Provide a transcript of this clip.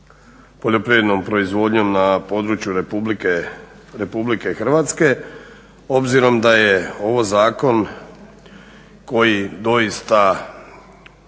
poljoprivrednom proizvodnjom na području RH obzirom da je ovo zakon koji doista